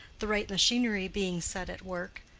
the right machinery being set at work.